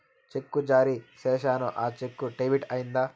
చెక్కు జారీ సేసాను, ఆ చెక్కు డెబిట్ అయిందా